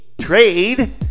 trade